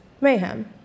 mayhem